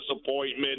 disappointment